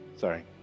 sorry